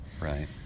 Right